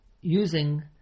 using